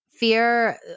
fear